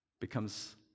becomes